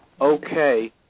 okay